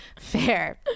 Fair